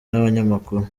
n’abanyamakuru